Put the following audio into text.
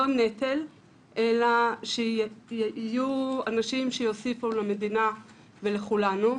נטל אלא שיהיו אנשים שיוסיפו למדינה ולכולנו.